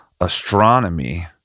Astronomy